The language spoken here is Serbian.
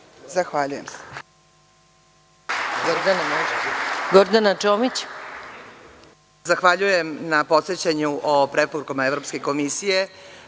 Zahvaljujem.